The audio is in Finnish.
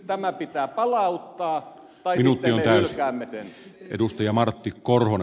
tämä pitää palauttaa tai sitten me hylkäämme sen